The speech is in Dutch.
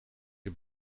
heb